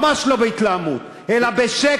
ממש לא בהתלהמות, אלא בשקט.